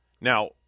Now